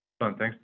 Thanks